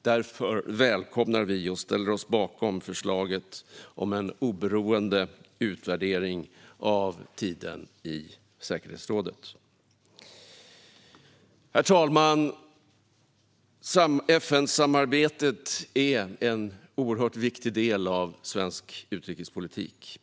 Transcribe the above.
Därför välkomnar vi och ställer oss bakom förslaget om en oberoende utvärdering av tiden i säkerhetsrådet. Herr talman! FN-samarbetet är en oerhört viktig del av svensk utrikespolitik.